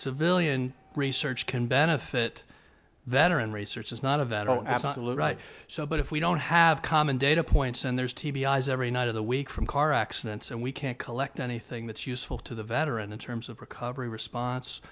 civilian research can benefit that are in research is not of that right so but if we don't have common data points and there's t b i s every night of the week from car accidents and we can't collect anything that's useful to the veteran in terms of recovery response